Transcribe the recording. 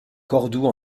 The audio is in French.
cordoue